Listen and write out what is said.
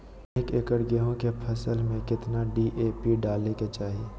एक एकड़ गेहूं के फसल में कितना डी.ए.पी डाले के चाहि?